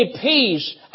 peace